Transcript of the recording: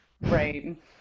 Right